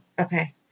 Okay